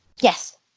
Yes